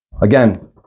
Again